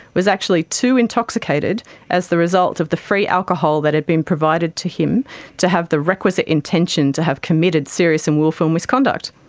was actually too intoxicated as the result of the free alcohol that had been provided to him to have the requisite intention to have committed serious and wilful misconduct.